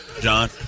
John